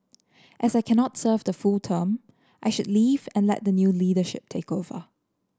as I cannot serve the full term I should leave and let the new leadership take over